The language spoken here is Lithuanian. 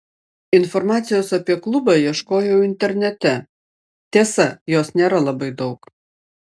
informacijos apie klubą ieškojau internete tiesa jos nėra labai daug